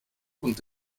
und